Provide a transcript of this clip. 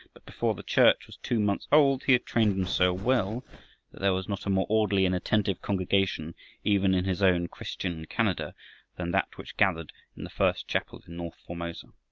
but before the church was two months old he had trained them so well that there was not a more orderly and attentive congregation even in his own christian canada than that which gathered in the first chapel in north formosa.